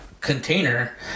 Container